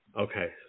Okay